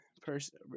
person